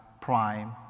Prime